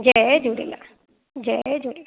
जय झूलेलाल जय झूलेलाल